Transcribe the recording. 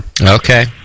Okay